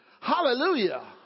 Hallelujah